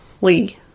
Lee